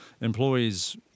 employees